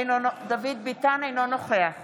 אינו נוכח